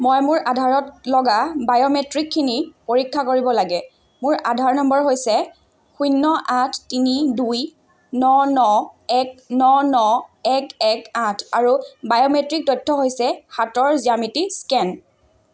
মই মোৰ আধাৰত লগা বায়োমেট্ৰিকখিনি পৰীক্ষা কৰিব লাগে মোৰ আধাৰ নম্বৰ হৈছে শূন্য আঠ তিনি দুই ন ন এক ন ন এক এক আঠ আৰু বায়োমেট্ৰিক তথ্য হৈছে হাতৰ জ্যামিতি স্কেন